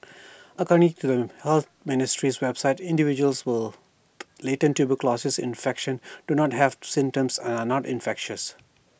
according to the health ministry's website individuals were latent tuberculosis infection do not have symptoms and are not infectious